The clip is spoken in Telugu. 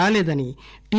రాలేదని టి